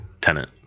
tenant